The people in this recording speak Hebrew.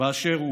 באשר הוא,